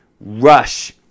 rush